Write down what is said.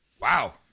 Wow